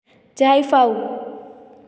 जाइफाऊं